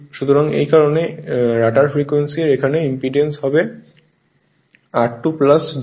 সুতরাং এই কারণে রটার ফ্রিকোয়েন্সি এর এখানে ইম্পিডেন্স হবে r2 js X 2